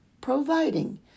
providing